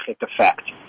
effect